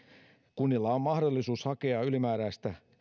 kunnilla on mahdollisuus hakea ylimääräistä